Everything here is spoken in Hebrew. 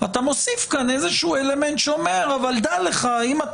אתה מוסיף כאן איזשהו אלמנט שאומר "אם אתה